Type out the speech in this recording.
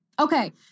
Okay